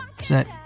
set